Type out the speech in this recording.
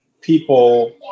people